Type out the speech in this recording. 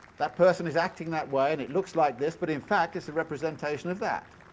that person is acting that way and it looks like this but in fact it's a representation of that